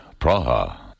Praha